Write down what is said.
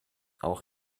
auch